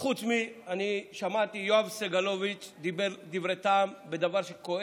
חוץ מיואב סגלוביץ', שדיבר דברי טעם על דבר שכואב.